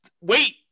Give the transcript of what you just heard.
Wait